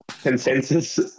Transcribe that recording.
consensus